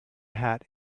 hat